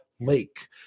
Lake